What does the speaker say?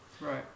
Right